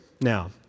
now